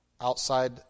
outside